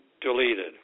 deleted